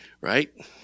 Right